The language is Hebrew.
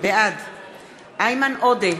בעד איימן עודה,